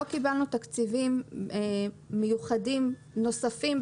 לא קיבלנו תקציבים מיוחדים נוספים.